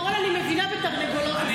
בעיקרון אני מבינה בתרנגולות,